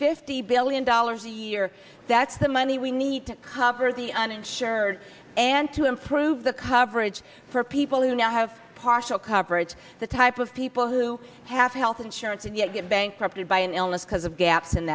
fifty billion dollars a year that's the money we need to cover the uninsured and to improve the coverage for people who now have partial coverage the type of people who have health insurance and yet get bankrupted by an illness because of gaps in